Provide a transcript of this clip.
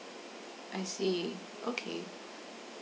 I see okay